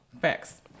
Facts